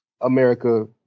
America